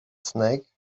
snake